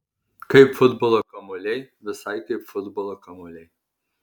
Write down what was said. kaip futbolo kamuoliai visai kaip futbolo kamuoliai